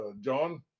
John